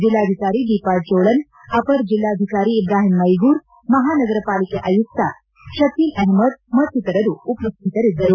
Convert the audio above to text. ಜಿಲ್ಲಾಧಿಕಾರಿ ದೀಪಾ ಚೋಳನ್ ಅಪರ ಜಿಲ್ಲಾಧಿಕಾರಿ ಇಬ್ರಾಹಿಂ ಮೈಗೂರ ಮಹಾನಗರಪಾಲಿಕೆ ಆಯುಕ್ತ ಶಕೀಲ್ ಅಪ್ಮದ್ ಮತ್ತಿತರರು ಉಪಸ್ಥಿತರಿದ್ದರು